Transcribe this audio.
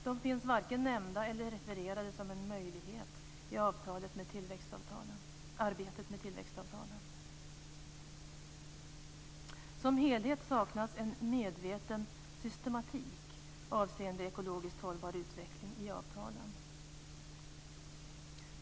De finns varken nämnda eller refererade som en möjlighet i arbetet med tillväxtavtalen. Som helhet saknas en medveten systematik avseende ekologiskt hållbar utveckling i avtalen.